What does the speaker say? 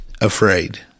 afraid